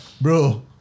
bro